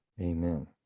Amen